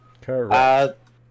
Correct